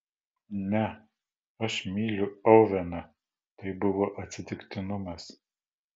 ne aš myliu oveną tai buvo atsitiktinumas